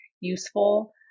useful